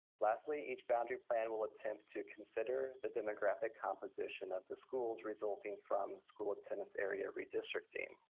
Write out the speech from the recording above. lastly, each boundary plan will attempt to consider the demographic composition of the schools resulting from school attendance area redistricting.